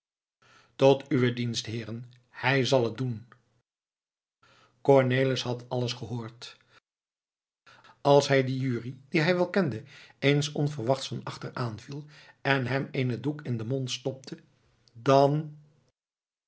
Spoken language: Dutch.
tot uwen dienst heeren hij zal het doen cornelis had alles gehoord als hij dien jurrie dien hij wel kende eens onverwachts van achter aanviel en hem eenen doek in den mond stopte dan